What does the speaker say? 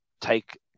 take